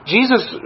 Jesus